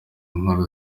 nkuru